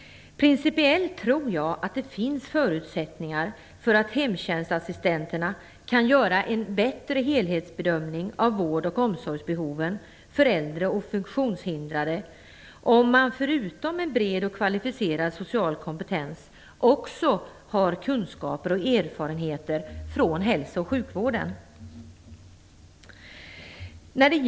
Principiellt tror jag att det finns förutsättningar för att hemtjänstassistenterna kan göra en bättre helhetsbedömning av vård och omsorgsbehoven för äldre och funktionshindrade om man förutom en bred och kvalificerad social kompetens också har kunskaper och erfarenheter från hälso och sjukvården.